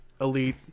elite